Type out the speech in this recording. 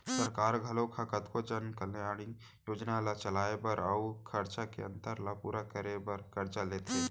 सरकार घलोक ह कतको जन कल्यानकारी योजना ल चलाए बर अउ खरचा के अंतर ल पूरा करे बर करजा लेथे